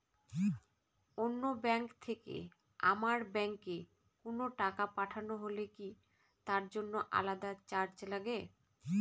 অন্য ব্যাংক থেকে আমার ব্যাংকে কোনো টাকা পাঠানো হলে কি তার জন্য আলাদা চার্জ লাগে?